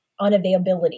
unavailability